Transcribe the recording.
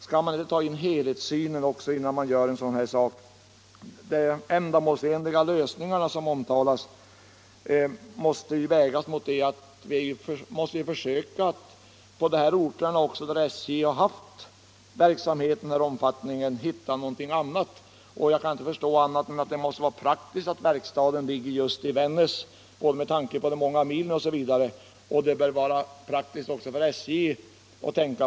Skall man inte ha en helhetssyn på effekterna av en sådan här åtgärd? Slutligen sägs det i svaret att man måste försöka finna ändamålsenliga lösningar. Jag kan inte förstå annat än att det med tanke på de många milen osv. är praktiskt att verkstaden ligger just i Vännäs. I varje fall måste man försöka hitta någon annan sysselsättning för Vännäs.